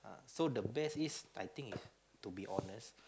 so the best is I think is to be honest